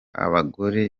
abagore